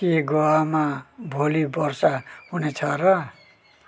के गोवामा भोलि वर्षा हुनेछ र